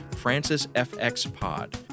francisfxpod